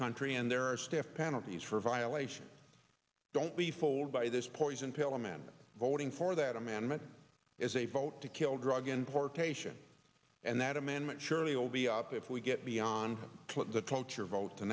country and there are staff penalties for violations don't we fold by this poison pill amendment voting for that amendment is a vote to kill drug and for patients and that amendment surely will be up if we get beyond the cloture vote t